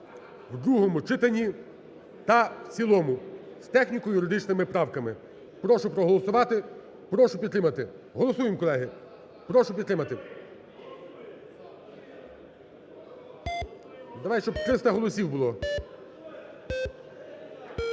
в другому читанні та в цілому з техніко-юридичними правками. Прошу проголосувати, прошу підтримати. Голосуємо, колеги, прошу підтримати. Давайте, щоб 300 голосів було.